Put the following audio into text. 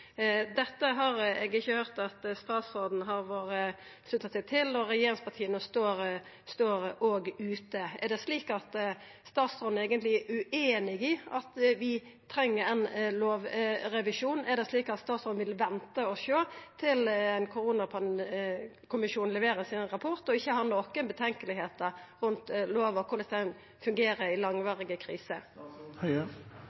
Dette har eg ikkje høyrt at statsråden har slutta seg til, og regjeringspartia står òg ute. Er det slik at statsråden eigentleg er ueinig i at vi treng ein lovrevisjon? Er det slik at statsråden vil venta og sjå til koronakommisjonen leverer sin rapport, og ikkje synest det er noko som er betenkjeleg rundt lova og korleis den fungerer i